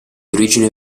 origine